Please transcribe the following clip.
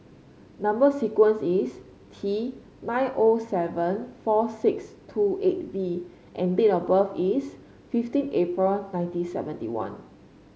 number sequence is T nine O seven four six two eight V and date of birth is fifteen April nineteen seventy one